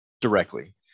directly